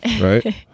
right